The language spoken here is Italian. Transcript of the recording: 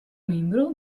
membro